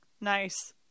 nice